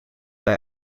bij